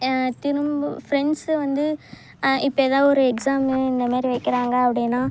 திரும்ப ஃப்ரெண்ஸ்ஸு வந்து இப்போ எதா ஒரு எக்ஸாம்ன்னு இந்த மாரி வைக்கிறாங்க அப்படின்னா